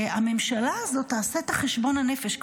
שהממשלה הזאת תעשה את החשבון הנפש,